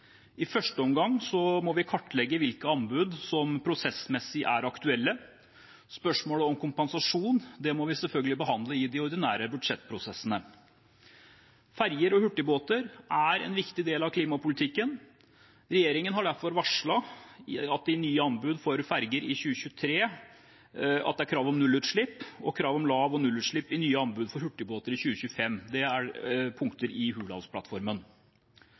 I første omgang må vi kartlegge hvilke anbud som prosessmessig er aktuelle. Spørsmålet om kompensasjon må vi selvfølgelig behandle i de ordinære budsjettprosessene. Ferjer og hurtigbåter er en viktig del av klimapolitikken. Regjeringen har derfor varslet at det i nye anbud for ferjer i 2023 er krav om nullutslipp, og at det er krav om lav- og nullutslipp i nye anbud for hurtigbåter i 2025. Det er punkter i